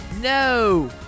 no